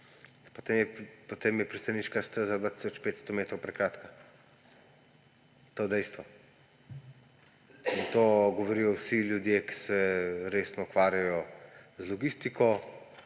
potem je pristaniška steza 2 tisoč 500 metrov prekratka. To je dejstvo. To govorijo vsi ljudje, ki se resno ukvarjajo z logistiko,